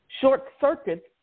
short-circuit